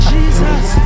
Jesus